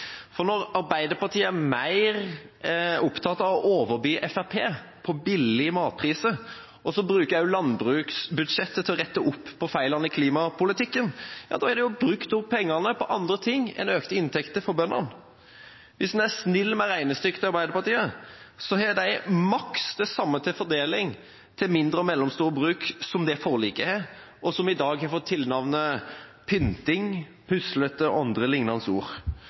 opplegg. Når Arbeiderpartiet er mer opptatt av å overby Fremskrittspartiet på billige matpriser, og så også bruke landbruksbudsjettet til å rette opp feilene i klimapolitikken, er pengene brukt opp på andre ting enn økte inntekter for bøndene. Hvis en er snill med regnestykket til Arbeiderpartiet, har de maks det samme til fordeling til mindre og mellomstore bruk som det forliket er, og som i dag har fått tilnavnene pynting, puslete og andre lignende ord.